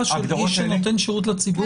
סדר גודל של 300 מ' כמו שאמרתי כפוף לתוואי השטח.